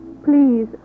Please